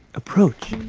approach.